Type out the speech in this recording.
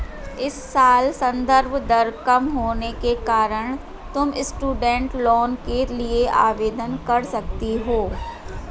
इस साल संदर्भ दर कम होने के कारण तुम स्टूडेंट लोन के लिए आवेदन कर सकती हो